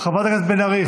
חברת הכנסת בן ארי.